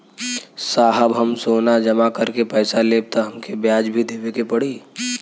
साहब हम सोना जमा करके पैसा लेब त हमके ब्याज भी देवे के पड़ी?